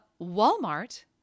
Walmart